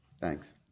thanks